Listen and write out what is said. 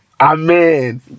Amen